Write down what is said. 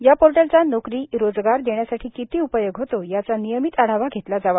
या पोर्टलचा नोकरी रोजगार देण्यासाठी किती उपयोग होतो याचा नियमित आधावा घेतला जावा